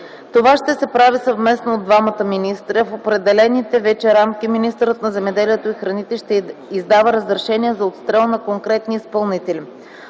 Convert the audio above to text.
Това ще се прави съвместно от двамата министри, а в определените вече рамки министърът на земеделието и храните ще издава разрешенията за отстрел на конкретни изпълнители.